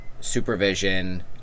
supervision